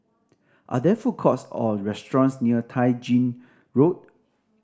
are there food courts or restaurants near Tai Gin Road